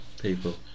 people